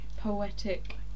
poetic